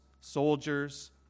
soldiers